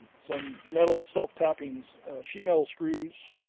some metal self tapping sheet metal screws